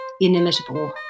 inimitable